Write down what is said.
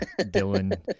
Dylan